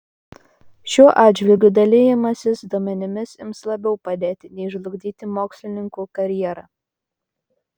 šiuo atžvilgiu dalijimasis duomenimis ims labiau padėti nei žlugdyti mokslininkų karjerą